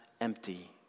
empty